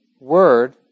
word